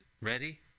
ready